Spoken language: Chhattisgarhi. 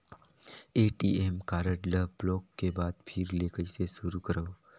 ए.टी.एम कारड ल ब्लाक के बाद फिर ले कइसे शुरू करव?